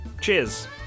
cheers